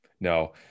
no